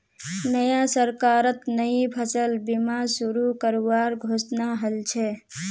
नया सरकारत नई फसल बीमा शुरू करवार घोषणा हल छ